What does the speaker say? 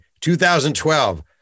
2012